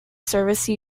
service